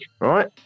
right